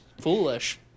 Foolish